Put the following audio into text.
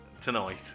tonight